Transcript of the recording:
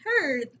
heard